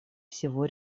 всего